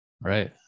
Right